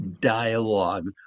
dialogue